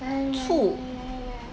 two